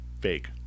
fake